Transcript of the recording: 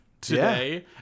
today